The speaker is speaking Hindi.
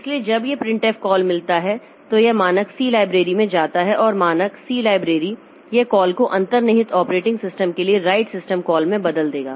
इसलिए जब यह प्रिंटफ कॉल मिलता है तो यह मानक सी लाइब्रेरी में जाता है और मानक सी लाइब्रेरी यह कॉल को अंतर्निहित ऑपरेटिंग सिस्टम के लिए राइट सिस्टम कॉल में बदल देगा